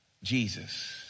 Jesus